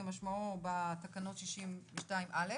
כמשמעו בתקנות 62א,